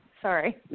Sorry